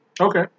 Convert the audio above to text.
Okay